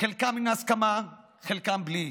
שחלקן עם הסכמה וחלקן בלי,